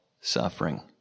suffering